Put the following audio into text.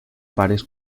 pares